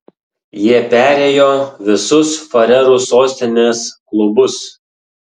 jie perėjo visus farerų sostinės klubus